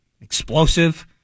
explosive